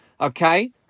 okay